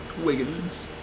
Wiggins